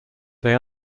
they